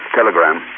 telegram